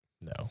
No